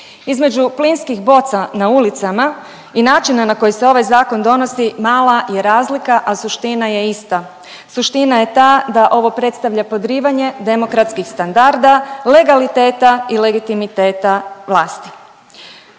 Između plinskih boca na ulicama i načina na koji se ovaj zakon donosi mala je razlika, a suština je ista. Suština je ta da ovo predstavlja podrivanje demokratskih standarda, legaliteta i legitimiteta vlasti.